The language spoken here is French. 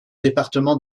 département